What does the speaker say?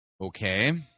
Okay